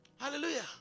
Hallelujah